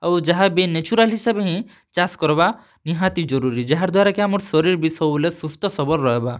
ଆଉ ଯାହାବି ନେଚୁରାଲ୍ ହିସାବେ ହିଁ ଚାଷ୍ କର୍ବା ନିହାତି ଜରୁରୀ ଯାହାର୍ ଦ୍ଵାରା କି ଆମର୍ ଶରୀର୍ ବି ସବୁବେଲେ ସୁସ୍ଥ ସବଲ୍ ରହେବା